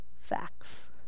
facts